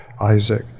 Isaac